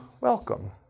welcome